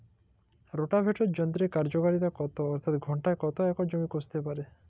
Rotavator যন্ত্রের কার্যকারিতা কত অর্থাৎ ঘণ্টায় কত একর জমি কষতে পারে?